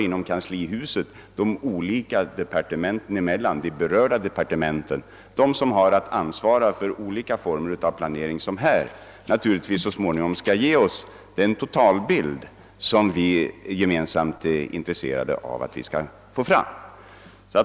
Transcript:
I arbetet deltar sålunda de departement, som skall svara för den planering vilken så småningom skall ge oss den totalbild vi alla är intresserade av att få.